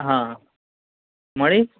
હં મળી